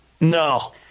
No